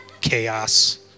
chaos